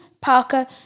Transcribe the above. Parker